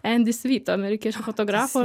edi svyt amerikiečių fotografo